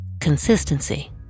consistency